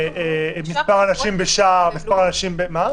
מספר אנשים בשער, מספר אנשים במקום.